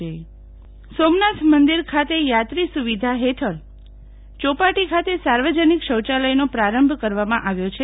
શીતલ વૈશ્નવ સોમનાથ શૌચાલય સોમનાથ મંદિર ખાતે યાત્રી સુવિધા હેઠળ ચોપાટી ખાતે સાર્વજનિક શૌચાલયનો પ્રારંભ કરવામાં આવ્યો છે